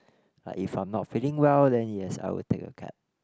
like if I'm not feeling well then yes I will take a cab